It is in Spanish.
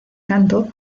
canto